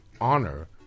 honor